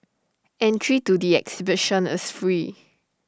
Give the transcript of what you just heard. entry to the exhibition is free